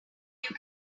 can